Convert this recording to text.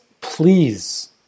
please